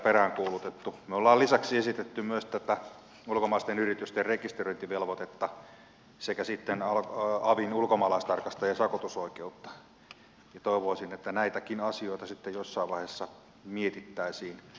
me olemme lisäksi esittäneet myös tätä ulkomaisten yritysten rekisteröintivelvoitetta sekä sitten avin ulkomaalaistarkastajien sakotusoikeutta ja toivoisin että näitäkin asioita sitten jossain vaiheessa mietittäisiin